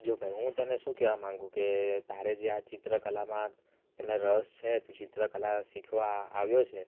જો ભાઈ હું તને શું કહેવા માગુ કે તારે જે આ ચિત્ર કલામાં તને રસ છે તું ચિત્ર કલા શીખવા આવ્યો છે